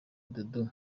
dudu